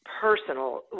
personal